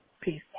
Peace